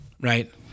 right